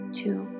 two